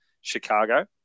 Chicago